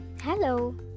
Hello